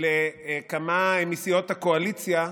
לכמה מסיעות הקואליציה,